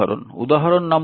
উদাহরণ নম্বর 211